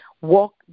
walk